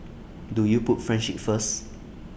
do you put friendship first